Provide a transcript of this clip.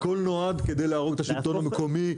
הכול נועד כדי להרוג את השלטון המקומי,